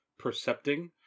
percepting